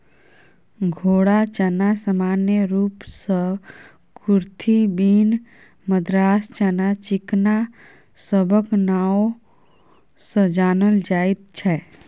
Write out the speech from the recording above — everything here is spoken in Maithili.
घोड़ा चना सामान्य रूप सँ कुरथी, बीन, मद्रास चना, चिकना सबक नाओ सँ जानल जाइत छै